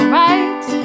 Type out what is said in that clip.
right